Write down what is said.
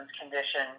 condition